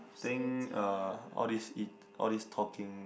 think uh all this it all this talking